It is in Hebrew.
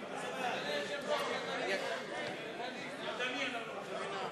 אדוני היושב-ראש, הצבעה ידנית.